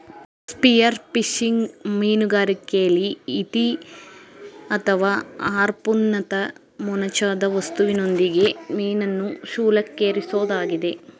spearfishing ಮೀನುಗಾರಿಕೆಲಿ ಈಟಿ ಅಥವಾ ಹಾರ್ಪೂನ್ನಂತ ಮೊನಚಾದ ವಸ್ತುವಿನೊಂದಿಗೆ ಮೀನನ್ನು ಶೂಲಕ್ಕೇರಿಸೊದಾಗಿದೆ